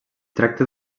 tracta